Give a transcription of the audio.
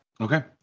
Okay